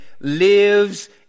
lives